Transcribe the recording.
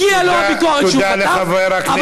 הגיעה לו הביקורת שהוא חטף תודה לחבר הכנסת חזן.